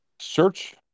search